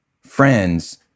friends